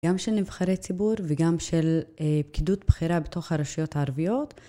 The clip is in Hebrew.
גם של נבחרי ציבור וגם של פקידות בחירה בתוך הרשויות הערביות